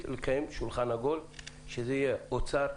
ולקיים שולחן עגול בהשתתפות: נציגי האוצר,